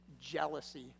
jealousy